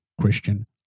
Christian